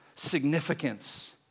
significance